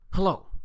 Hello